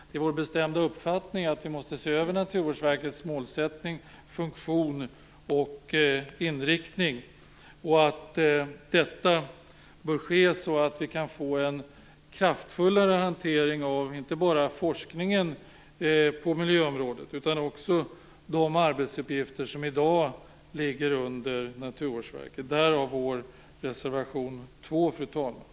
Det är vår bestämda uppfattning att vi måste se över Naturvårdsverkets målsättning, funktion och inriktning och att detta bör ske så att vi kan få en kraftfullare hantering inte bara av forskningen på miljöområdet utan också av de arbetsuppgifter som i dag ligger under Naturvårdsverket. Därav kommer vår reservation 2, fru talman.